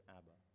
Abba